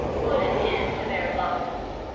put an end to their lives.